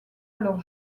alors